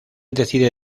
decide